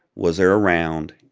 was there a round